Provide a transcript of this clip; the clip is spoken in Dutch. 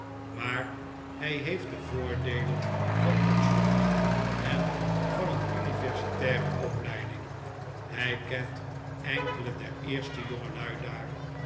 maar hij heeft de voordeelen van oxford en van een universitaire opleiding hij kent enkele der eerste jongelui daar